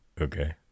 okay